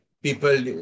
people